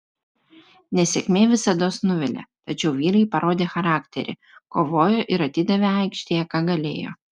nesėkmė visados nuvilia tačiau vyrai parodė charakterį kovojo ir atidavė aikštėje ką galėjo